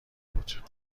بود